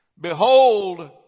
Behold